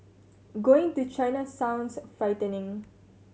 going to China sounds frightening